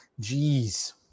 Jeez